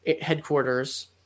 headquarters